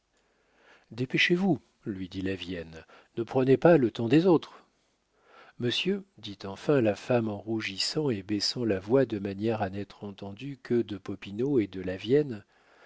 dépêchez-vous lui dit lavienne ne prenez pas le temps des autres monsieur dit enfin la femme en rougissant et baissant la voix de manière à n'être entendue que de popinot et de lavienne